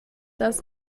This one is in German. das